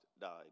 died